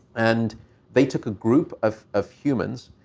and they took a group of of humans,